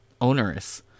onerous